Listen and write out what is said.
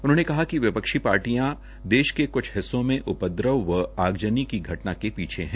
उन्होंने कहा कि विपक्षी पार्टियां देश के क्छ हिस्सों में उपद्रव व आगज़नी की घटन के पीछे है